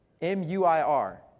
M-U-I-R